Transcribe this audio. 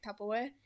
tupperware